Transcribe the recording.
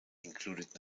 included